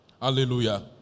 Hallelujah